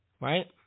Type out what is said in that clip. right